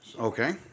Okay